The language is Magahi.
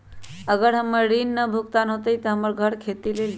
अगर हमर ऋण न भुगतान हुई त हमर घर खेती लेली?